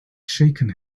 shaken